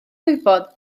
gwybod